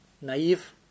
naive